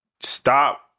stop